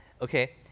okay